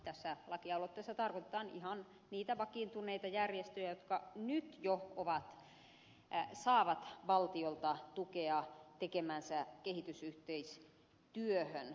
tässä lakialoitteessa tarkoitetaan niitä vakiintuneita järjestöjä jotka nyt jo saavat valtiolta tukea tekemäänsä kehitysyhteistyöhön